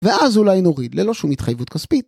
ואז אולי נוריד ללא שום התחייבות כספית